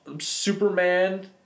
Superman